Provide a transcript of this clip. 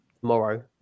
tomorrow